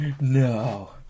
no